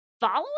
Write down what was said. following